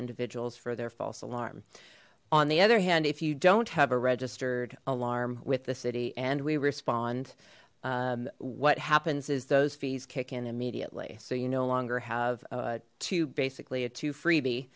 individuals for their false alarm on the other hand if you don't have a registered alarm with the city and we respond what happens is those fees kick in immediately so you no longer have to basically a to freebie